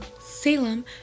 salem